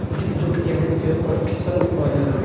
जुट के हमनी कियोर पटसन भी कहल जाला